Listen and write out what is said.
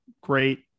great